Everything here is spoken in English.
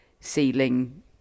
ceiling